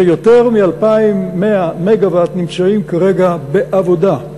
שיותר מ-2,100 מגה-ואט נמצאים כרגע בעבודה.